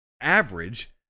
average